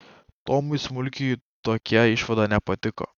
tomui smulkiui tokia išvada nepatiko